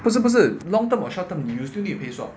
不是不是 long term or short term you still need to pay swap